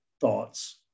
thoughts